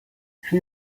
she